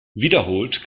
wiederholt